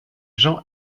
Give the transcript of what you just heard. jean